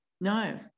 No